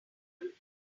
one